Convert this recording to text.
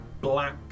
black